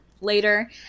later